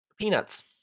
Peanuts